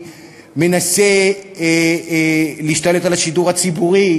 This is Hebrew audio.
מנסה להשתלט על השידור הציבורי.